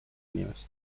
inimest